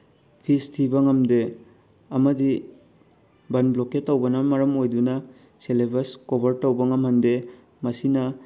fees ꯊꯤꯕ ꯉꯝꯗꯦ ꯑꯃꯒꯤ ꯕꯟ ꯕ꯭ꯂꯣꯀꯦꯠ ꯇꯧꯕꯅ ꯃꯔꯝ ꯑꯣꯏꯗꯨꯅ ꯁꯦꯂꯦꯕꯁ ꯀꯣꯕꯔ ꯇꯧꯕ ꯉꯝꯍꯟꯗꯦ ꯃꯁꯤꯅ